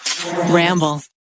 Ramble